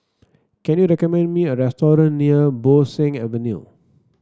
can you recommend me a restaurant near Bo Seng Avenue